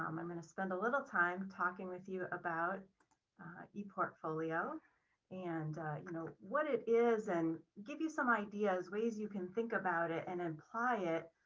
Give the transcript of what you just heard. um i'm going to spend a little time talking with you about eportfolio. and you know what it is and give you some ideas ways you can think about it and apply it